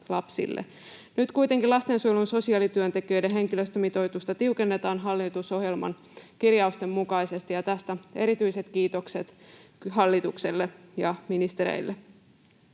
Nyt kuitenkin lastensuojelun sosiaalityöntekijöiden henkilöstömitoitusta tiukennetaan hallitusohjelman kirjausten mukaisesti, ja tästä erityiset kiitokset hallitukselle ja ministereille.